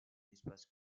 espace